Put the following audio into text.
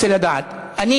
(השר לירושלים ומורשת זאב אלקין יוצא מאולם המליאה.) אוקיי.